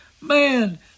man